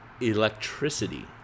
electricity